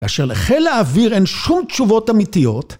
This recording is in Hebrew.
כאשר לחיל האוויר אין שום תשובות אמיתיות